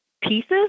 pieces